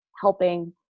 helping